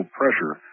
pressure